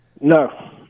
No